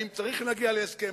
אם צריך להגיע להסכם